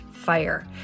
fire